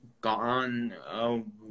gone